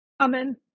Amen